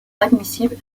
admissible